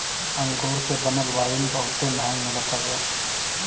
अंगूर से बनल वाइन बहुते महंग मिलत हवे